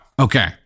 Okay